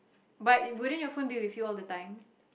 but wouldn't your phone be with you all the time